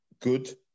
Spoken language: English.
good